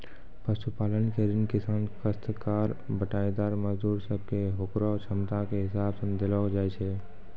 पशुपालन के ऋण किसान, कास्तकार, बटाईदार, मजदूर सब कॅ होकरो क्षमता के हिसाब सॅ देलो जाय छै